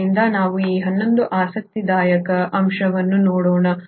ಆದ್ದರಿಂದ ನಾವು ಈ ಇನ್ನೊಂದು ಆಸಕ್ತಿದಾಯಕ ಅಂಶವನ್ನು ನೋಡೋಣ